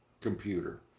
computer